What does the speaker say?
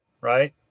right